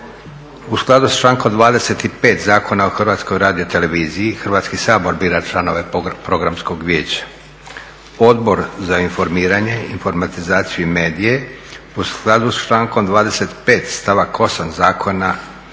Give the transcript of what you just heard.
U skladu sa člankom 25. Zakona o HRT-u, Hrvatski sabor bira članove Programskog vijeća. Odbor za informiranje, informatizaciju i medije u skladu s člankom 25., stavak 8 Zakona